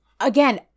Again